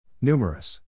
Numerous